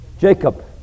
Jacob